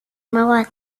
mała